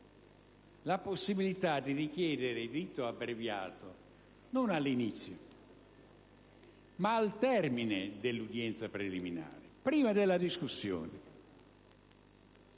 la possibilità di richiedere il rito abbreviato non all'inizio, ma al termine dell'udienza preliminare, prima della discussione.